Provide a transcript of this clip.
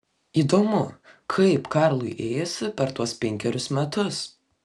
įdomu kaip karlui ėjosi per tuos penkerius metus